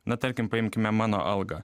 na tarkim paimkime mano algą